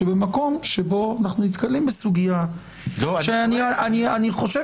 שבמקום שבו אנחנו נתקלים בסוגיה שאני חושב